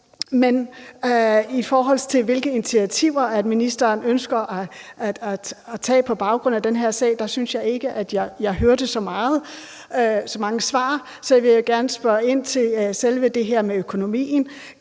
men i forhold til hvilke initiativer ministeren ønsker at tage på baggrund af den her sag synes jeg ikke at jeg hørte så mange svar, så jeg vil gerne spørge ind til selve det her med økonomien.